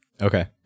Okay